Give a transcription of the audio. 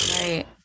Right